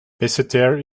basseterre